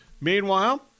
Meanwhile